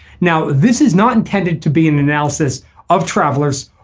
now this is not intended to be an analysis of travelers.